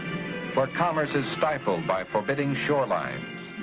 but commerce is stifled by forbidding shorelines,